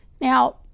Now